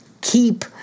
keep